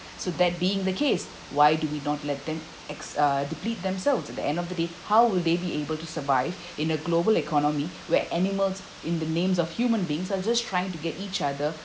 so that being the case why do we not let them ex~ uh deplete themselves at the end of the day how will they be able to survive in a global economy where animals in the names of human beings are just trying to get each other